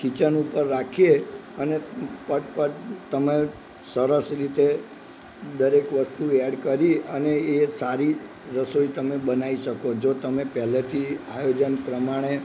kitchen ઉપર રાખીએ અને પટ પટ તમે સરસ રીતે દરેક વસ્તુ એડ કરી અને એ સારી રસોઈ તમે બનાવી શકો જો તમે પહેલેથી આયોજન પ્રમાણે